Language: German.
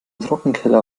trockenkeller